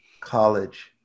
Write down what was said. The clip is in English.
college